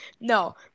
no